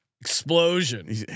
explosion